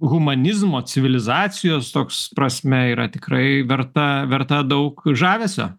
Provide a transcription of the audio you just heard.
humanizmo civilizacijos toks prasme yra tikrai verta verta daug žavesio